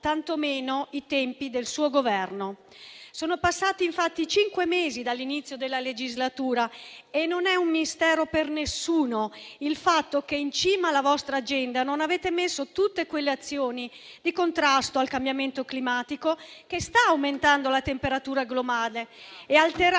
tantomeno i tempi del suo Governo. Sono passati infatti cinque mesi dall'inizio della legislatura e non è un mistero per nessuno il fatto che in cima alla vostra agenda non avete messo tutte quelle azioni di contrasto al cambiamento climatico che sta aumentando la temperatura globale e alterando